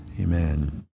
Amen